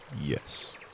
yes